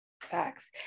Facts